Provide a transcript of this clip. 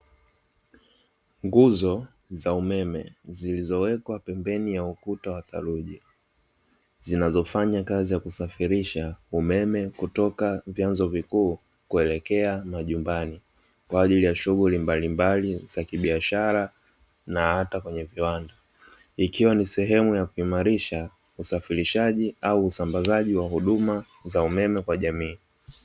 Nguzo za umeme zilizowekwa pembeni ya ukuta wa saruji, zinazofanya kazi ya kusafirisha umeme, kutoka vyanzo vikuu kuelekea majumbani; kwa ajili ya shughuli mbalimbali za kibiashara na hata kwenye viwanda. Ikiwa ni sehemu ya kuimarisha usafirishaji au usambazaji wa huduma za umeme kwa jamii.